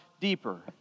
deeper